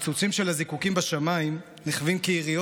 פיצוצי הזיקוקים בשמיים נחווים כיריות